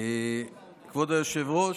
כבוד היושב-ראש,